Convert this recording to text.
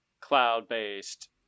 cloud-based